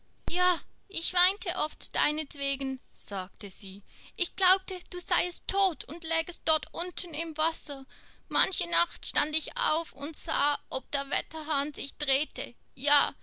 ja ich weinte oft deinetwegen sagte sie ich glaubte du seiest tot und lägest dort unten im wasser manche nacht stand ich auf und sah ob der wetterhahn sich drehte ja